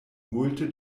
multe